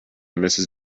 mrs